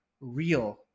real